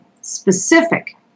specific